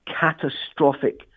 catastrophic